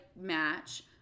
match